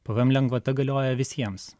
pvm lengvata galioja visiems